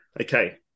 Okay